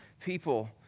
people